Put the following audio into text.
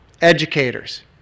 educators